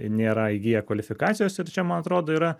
nėra įgiję kvalifikacijos ir čia man atrodo yra